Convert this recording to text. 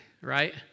right